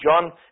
John